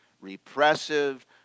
repressive